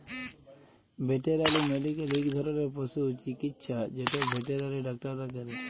veterinary medical ইক ধরলের পশু চিকিচ্ছা যেট ভেটেলারি ডাক্তাররা ক্যরে